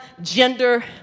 gender